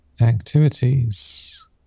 activities